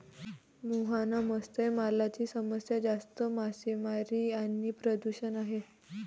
मुहाना मत्स्य पालनाची समस्या जास्त मासेमारी आणि प्रदूषण आहे